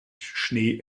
schnee